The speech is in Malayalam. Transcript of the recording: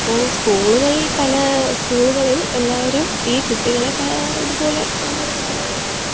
അപ്പോൾ സ്കൂളുകളില് പല സ്കൂളുകളില് എല്ലാവരും ഈ കുട്ടികളൊക്കെ ഇതുപോലെ പലതരത്തില്